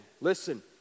Listen